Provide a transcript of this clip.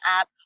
app